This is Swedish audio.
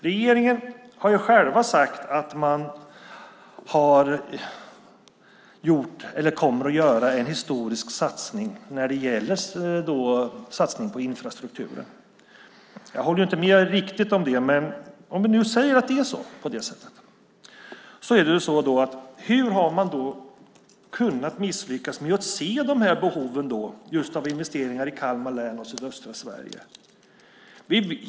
Regeringen själv har sagt att man gör en historisk satsning på infrastrukturen. Jag håller inte riktigt med om det. Men om vi nu säger att det är på det sättet, hur har man då kunnat missa att se behoven av investeringar i Kalmar län och sydöstra Sverige?